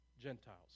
Gentiles